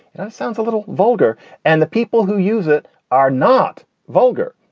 you know it sounds a little vulgar and the people who use it are not vulgar.